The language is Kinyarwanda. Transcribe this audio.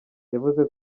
yavuze